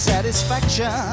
Satisfaction